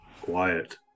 quiet